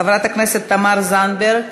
חברת הכנסת תמר זנדברג,